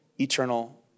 eternal